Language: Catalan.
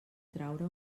traure